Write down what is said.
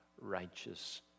righteous